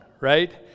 right